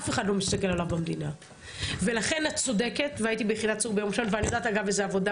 והיא קטנה, אז אני חושבת שצריך